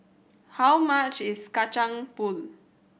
how much is Kacang Pool